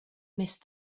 missed